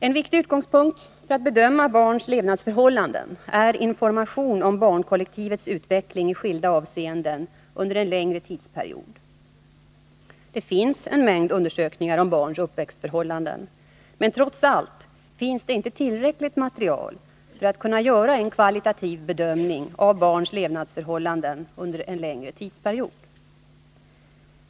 En viktig utgångspunkt för att bedöma barns levnadsförhållanden är information om barnkollektivets utveckling i skilda avseenden under en längre tidsperiod. Det finns en mängd undersökningar om barns uppväxtförhållanden, men trots allt finns det inte tillräckligt material för att kunna göra en kvalitativ bedömning av barns levnadsförhållanden under en längre tidsperiod.